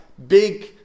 Big